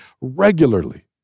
regularly